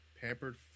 pampered